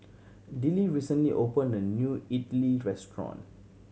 Dillie recently opened a new Idili restaurant